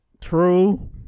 True